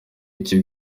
iki